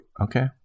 okay